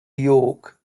york